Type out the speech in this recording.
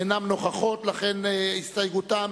אינם נוכחים, לכן הסתייגותם